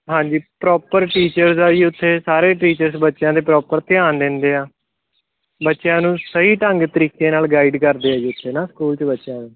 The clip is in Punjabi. ਹਾਂਜੀ ਪ੍ਰੋਪਰ ਟੀਚਰਸ ਆ ਜੀ ਉੱਥੇ ਸਾਰੇ ਟੀਚਰਸ ਬੱਚਿਆਂ ਦੇ ਪ੍ਰੋਪਰ ਧਿਆਨ ਦਿੰਦੇ ਆ ਬੱਚਿਆਂ ਨੂੰ ਸਹੀ ਢੰਗ ਤਰੀਕੇ ਨਾਲ ਗਾਈਡ ਕਰਦੇ ਆ ਜੀ ਉੱਥੇ ਨਾ ਸਕੂਲ 'ਚ ਬੱਚਿਆਂ ਨੂੰ